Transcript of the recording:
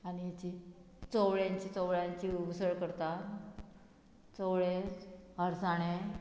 आनी जी चवळ्यांची चवळ्यांची उसळ करतात चवळे अरसाणें